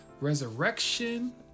resurrection